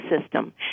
system